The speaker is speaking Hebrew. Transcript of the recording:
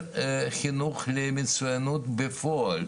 חסר חינוך למצויינות בפועל.